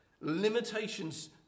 limitations